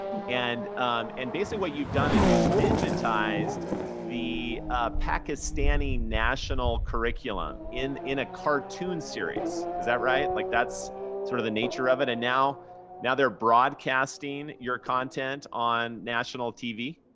and and basically what you've done is you've digitized the pakistani national curriculum in in a cartoon series. is that right? like, that's sort of the nature of it? and now now they're broadcasting your content on national tv?